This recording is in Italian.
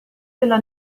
della